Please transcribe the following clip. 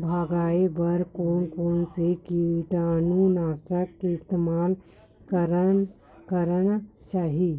भगाये बर कोन कोन से कीटानु नाशक के इस्तेमाल करना चाहि?